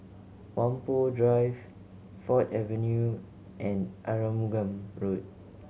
Whampoa Drive Ford Avenue and Arumugam Road